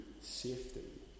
safety